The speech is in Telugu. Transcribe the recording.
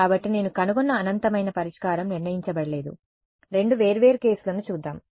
కాబట్టి నేను కనుగొన్న అనంతమైన పరిష్కారం నిర్ణయించబడలేదు రెండు వేర్వేరు కేసులను చూద్దాం